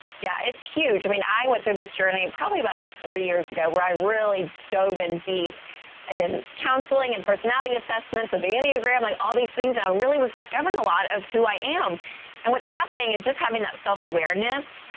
yeah, it's huge. i mean, i went through this journey probably about three years ago where i really dove in deep in counseling and personality assessments of the enneagram, like all these things. and i really was discovering a lot of who i am and what's fascinating is just having that self-awareness.